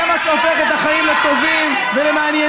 זה מה שהופך את החיים לטובים ולמעניינים.